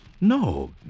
No